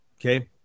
Okay